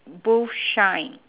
boot shine